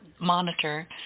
monitor